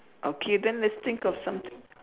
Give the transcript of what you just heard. okay then let's think of something